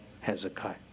Hezekiah